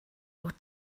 what